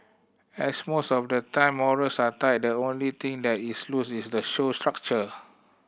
as most of the time morals are tight the only thing that is loose is the show's structure